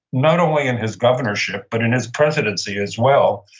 not only in his governorship, but in his presidency, as well.